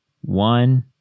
one